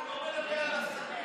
הוא לא מדבר על עסקים,